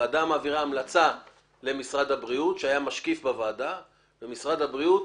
הוועדה מעבירה המלצה למשרד הבריאות שהיה משקיף בוועדה ומשרד הבריאות,